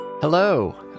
Hello